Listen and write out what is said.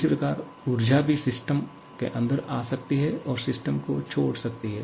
इसी प्रकार ऊर्जा भी सिस्टम के अंदर आ सकती है और सिस्टम को छोड़ सकती है